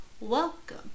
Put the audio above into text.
Welcome